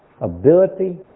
ability